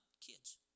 kids